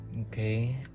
Okay